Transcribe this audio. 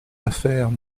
affaires